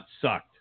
sucked